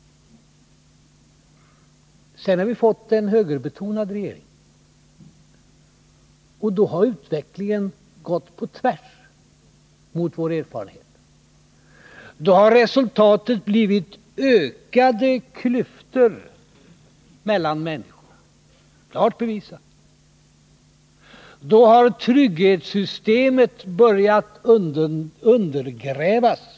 Sedan har vi fått en högerbetonad regering, och då har utvecklingen gått på tvärs mot vår erfarenhet. Då har resultatet blivit ökade klyftor mellan människorna — klart bevisat. Då har trygghetssystemet börjat undergrävas.